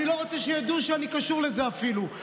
אני לא רוצה שידעו שאני קשור לזה אפילו,